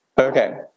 Okay